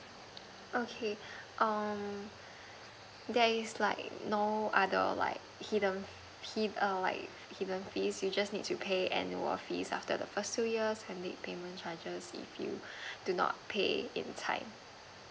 okay um there is like no other like hidden hid~ err like hidden fees you just need to pay annual fees after the first two years and make payment charges if you do not pay in time